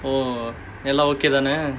oh எல்லாம்:ellaam okay தான:thaana